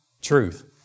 truth